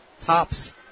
tops